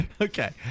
Okay